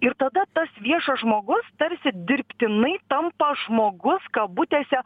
ir tada tas viešas žmogus tarsi dirbtinai tampa žmogus kabutėse